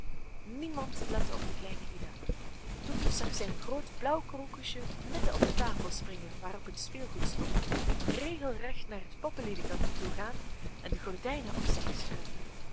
niemand lette op de kleine ida toen zag zij een groot blauw krokusje midden op de tafel springen waarop het speelgoed stond regelrecht naar het poppenledekantje toe gaan en de gordijnen op zij schuiven